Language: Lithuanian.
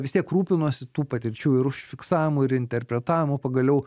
vis tiek rūpinosi tų patirčių ir užfiksavimu ir interpretavimu pagaliau